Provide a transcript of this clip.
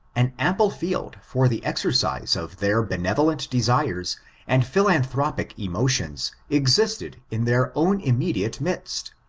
an ample field for the exercise of their benevolent desires and philanthropic emotions existed in their own immediate midst.